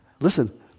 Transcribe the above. Listen